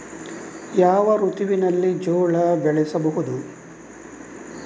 ಯಾವ ಋತುವಿನಲ್ಲಿ ಜೋಳ ಬೆಳೆಸಬಹುದು?